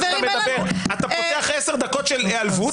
שאתה מדבר אתה פותח עשר דקות של היעלבות.